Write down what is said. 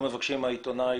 אני ממשיך בסדר השואלים.